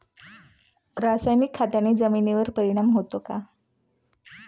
रासायनिक खताने जमिनीवर परिणाम होतो का?